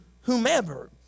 whomever